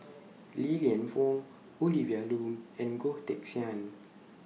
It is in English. Li Lienfung Olivia Lum and Goh Teck Sian